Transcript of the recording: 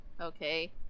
okay